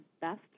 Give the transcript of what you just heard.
best